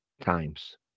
times